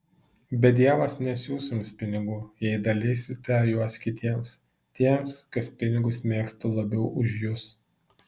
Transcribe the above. bet dievas nesiųs jums pinigų jei dalysite juos kitiems tiems kas pinigus mėgsta labiau už jus